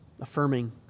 affirming